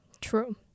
True